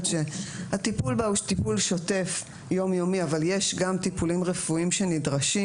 שהטיפול בה הוא טיפול שוטף יום-יומי אבל יש גם טיפולים רפואיים שנדרשים.